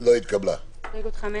הצבעה ההסתייגות לא אושרה.